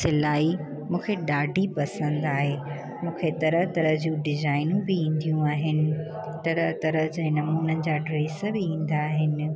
सिलाई मूंखे ॾाढी पसंदि आहे मूंखे तरह तरह जूं डिजाइन बि ईंदियूं आहिनि तरह तरह जे नमूननि जा ड्रेस बि ईंदा आहिनि